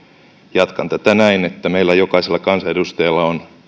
jatkan tätä näin että meillä jokaisella kansanedustajalla on